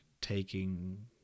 taking